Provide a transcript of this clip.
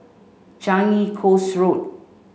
Changi Coast Road